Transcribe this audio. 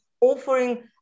offering